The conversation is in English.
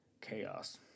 chaos